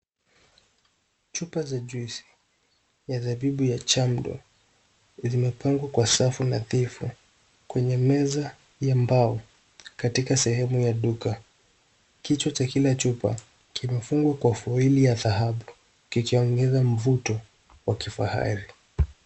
Chupa za juice ya zabibu ya Chamdor zimepangwa kwa safu nadhifu, kwenye meza ya mbao katika sehemu ya duka. Kichwa cha kila chupa kimefungwa kwa foil ya dhahabu kikiongeza mvuto wa kifahari.